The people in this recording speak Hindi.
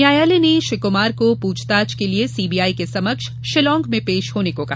न्यायालय ने श्री कुमार को पूछताछ के लिए सीबीआई के समक्ष शिलांग में पेश होने को कहा